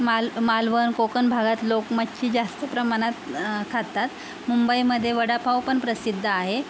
माल मालवण कोकण भागात लोक मच्छी जास्त प्रमाणात खातात मुंबईमधे वडापावपण प्रसिद्ध आहे